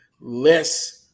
less